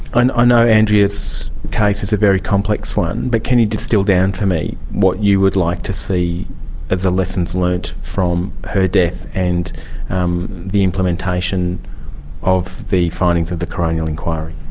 and ah know andrea's case is a very complex one. but can you distil down for me what you would like to see as lessons learned from her death and um the implementation of the findings of the coronial inquiry?